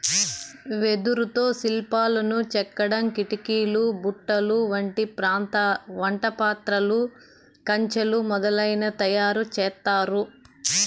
వెదురుతో శిల్పాలను చెక్కడం, కిటికీలు, బుట్టలు, వంట పాత్రలు, కంచెలు మొదలనవి తయారు చేత్తారు